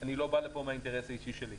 אני לא בא לפה מהאינטרס האישי שלי.